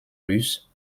russes